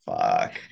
Fuck